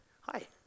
Hi